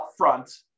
upfront